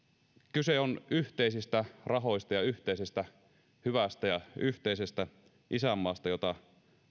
kyse on yhteisistä rahoista ja yhteisestä hyvästä ja yhteisestä isänmaasta jota